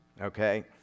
okay